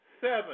seven